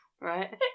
right